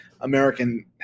American